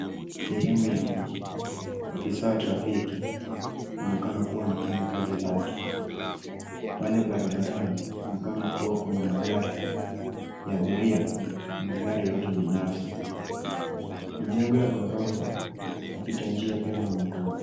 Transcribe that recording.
Sehemu ya mji. Afisa wa trafiki anaonekana kuwa anafanya kazi yake. Pale barabarani, inaonekana kuna magari, abiria, na magari ya watu binafsi. Majengo ya ghorofa na wapitanjia pia wanaonekana.